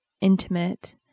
intimate